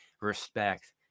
respect